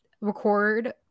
record